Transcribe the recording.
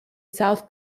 south